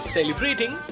Celebrating